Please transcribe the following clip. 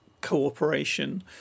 cooperation